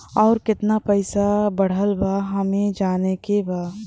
और कितना पैसा बढ़ल बा हमे जाने के बा?